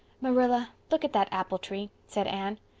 marilla, look at that apple tree, said anne.